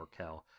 Orkel